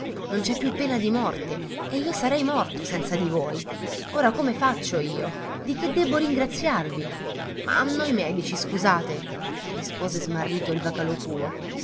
non c'è più pena di morte e io sarei morto senza di voi ora come faccio io di che debbo ringraziarvi ma noi medici scusate rispose smarrito il